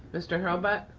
mr. hulbert.